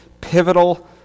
pivotal